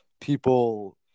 people